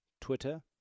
Twitter